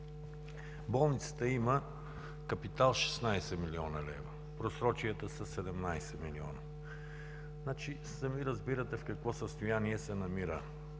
Болницата има капитал 16 млн. лв. Просрочията са 17 милиона. Сами разбирате в какво състояние се намира